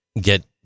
get